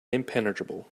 impenetrable